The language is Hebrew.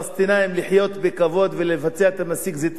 לחיות בכבוד ולבצע את מסיק הזיתים שלהם,